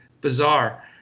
bizarre